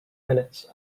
minutes